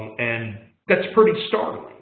and that's pretty startling,